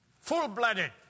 Full-blooded